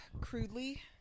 crudely